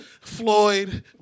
Floyd-